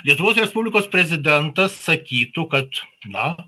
lietuvos respublikos prezidentas sakytų kad na